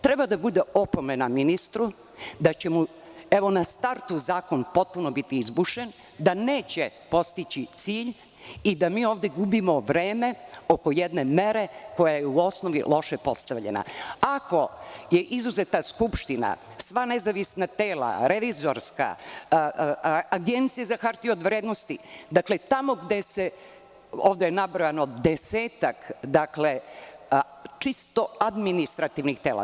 Treba da bude opomena ministru da će mu na startu zakon potpuno biti izbušen, da neće postići cilj i da mi ovde gubimo vreme oko jedne mere koja je u osnovi loše postavljena, ako je izuzeta Skupština, sva nezavisna tela, revizorska, agencije za hartije od vrednosti, ovde je nabrojano desetak čisto administrativnih tela.